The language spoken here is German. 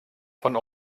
von